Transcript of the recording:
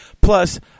Plus